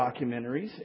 documentaries